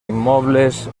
immobles